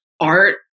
art